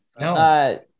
No